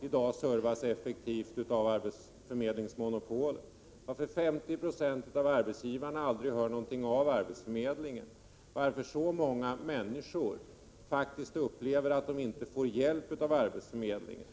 inte servas effektivt av arbetsförmedlingsmonopolet, att 50 Jo av arbetsgivarna aldrig hör någonting av arbetsförmedlingen och att många människor faktiskt upplever att de inte får hjälp av arbetsförmedlingen.